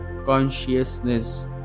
consciousness